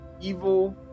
Evil